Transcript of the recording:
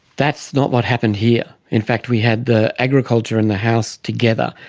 that's not what happened here. in fact we had the agriculture and the house together,